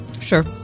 Sure